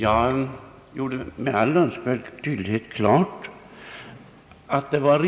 Jag gjorde med all önskvärd tydlighet klart att det var